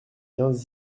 quinze